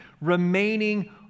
remaining